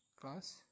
class